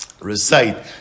recite